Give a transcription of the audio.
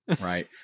right